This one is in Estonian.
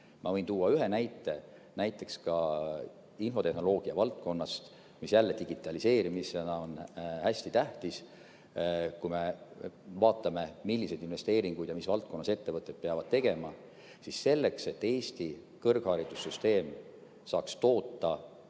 Ma võin tuua ühe näite infotehnoloogia valdkonnast, mis jälle digitaliseerimiseks on hästi tähtis. Kui me vaatame, milliseid investeeringuid ja mis valdkonnas ettevõtted peavad tegema, siis selleks, et Eesti kõrgharidussüsteem saaks toota